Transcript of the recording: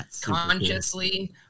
consciously